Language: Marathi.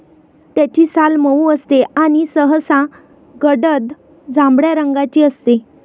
त्याची साल मऊ असते आणि सहसा गडद जांभळ्या रंगाची असते